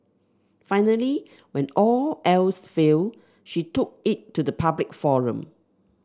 finally when all else failed she took it to the public forum